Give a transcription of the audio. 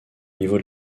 niveau